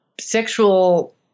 sexual